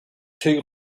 two